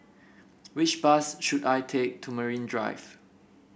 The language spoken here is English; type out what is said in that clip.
which bus should I take to Marine Drive